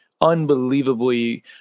unbelievably